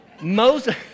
Moses